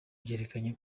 byerekanye